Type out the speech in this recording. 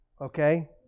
Okay